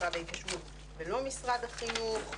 משרד ההתיישבות ולא משרד החינוך.